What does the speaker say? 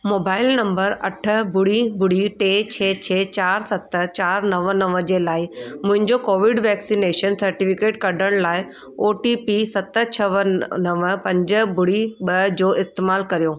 mobile number अठ ॿुड़ी ॿुड़ी टे छह छह चारि सत चारि नव नव जे लाइ मुंहिंजो कोविड वैक्सनेशन सटिफिकेट कढण लाए ओ टी पी सत छह नव पंज ॿुड़ी ॿ जो इस्तेमालु करियो